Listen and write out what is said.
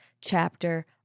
chapter